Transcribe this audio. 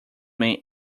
man